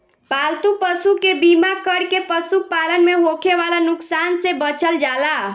पालतू पशु के बीमा कर के पशुपालन में होखे वाला नुकसान से बचल जाला